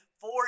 four